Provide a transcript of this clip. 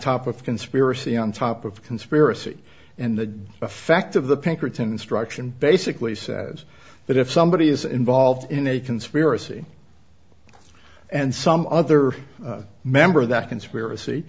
top of conspiracy on top of conspiracy and the effect of the pinkerton instruction basically says that if somebody is involved in a conspiracy and some other member of that conspiracy